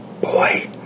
Boy